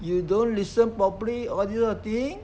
you don't listen properly all these kind of thing